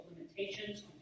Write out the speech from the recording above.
limitations